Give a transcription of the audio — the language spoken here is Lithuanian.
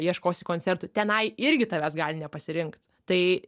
ieškosi koncertų tenai irgi tavęs gali nepasirinkt tai